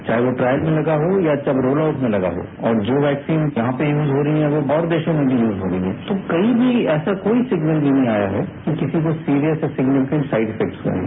चाहे वो ट्रायल में लगा हो या वो रोल आउट में लगा हो और जो वैक्सीन यहां पर यूज हो रही हैं वो और देशों में भी यूज हो रही हैं तो कहीं भी ऐसा कोई सिग्नल भी नहीं आया है कि किसी को serious and significant side effect हुए हैं